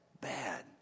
bad